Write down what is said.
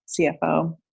CFO